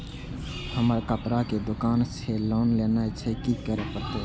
हमर कपड़ा के दुकान छे लोन लेनाय छै की करे परतै?